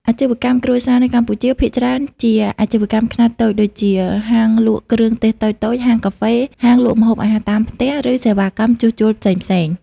អាជីវកម្មគ្រួសារនៅកម្ពុជាភាគច្រើនជាអាជីវកម្មខ្នាតតូចដូចជា ហាងលក់គ្រឿងទេសតូចៗ ហាងកាហ្វេ ហាងលក់ម្ហូបអាហារតាមផ្ទះ ឬសេវាកម្មជួសជុលផ្សេងៗ។